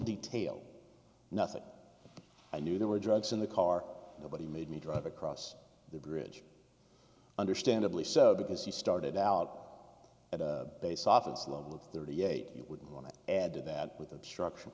detail nothing i knew there were drugs in the car nobody made me drive across the bridge understandably so because you started out at a base office of the thirty eight you wouldn't want to add to that with obstruction